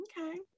Okay